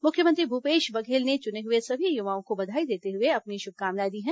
मुख्यमंत्री भूपेश बघेल ने चुने हुए सभी युवाओं को बधाई देते हुए अपनी शुभकामनाएं दी हैं